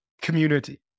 community